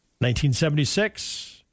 1976